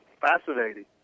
fascinating